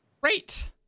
Great